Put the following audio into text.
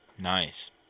Nice